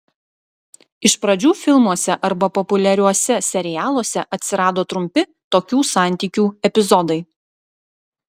iš pradžių filmuose arba populiariuose serialuose atsirado trumpi tokių santykių epizodai